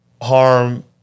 harm